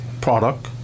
product